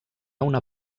una